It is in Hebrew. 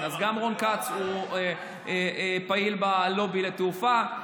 גם רון כץ הוא פעיל בלובי לתעופה.